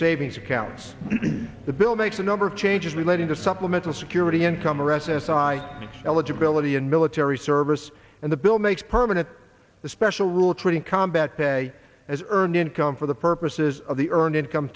savings accounts the bill makes a number of changes relating to supplemental security income or s s i eligibility in military service and the bill makes permanent the special rule treating combat pay as earned income for the purposes of the earned income